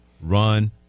run